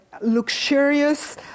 luxurious